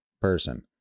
person